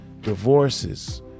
divorces